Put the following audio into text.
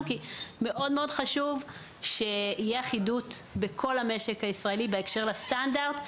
כי מאוד מאוד חשוב שתהיה אחידות בכל המשק הישראלי בהקשר לסטנדרט.